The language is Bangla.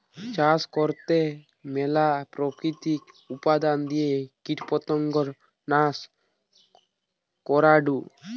চাষ করতে ম্যালা প্রাকৃতিক উপাদান দিয়ে কীটপতঙ্গ নাশ করাঢু